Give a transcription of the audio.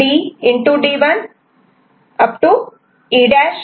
D14 E'